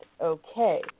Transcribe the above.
Okay